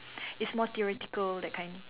is more theoretical that kind